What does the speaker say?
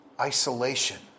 isolation